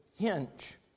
hinge